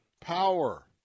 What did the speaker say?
Power